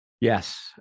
Yes